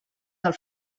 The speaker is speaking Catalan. del